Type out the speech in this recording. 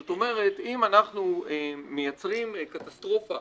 זאת אומרת, אם אנחנו מייצרים קטסטרופה